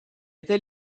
était